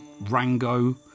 Rango